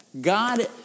God